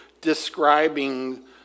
describing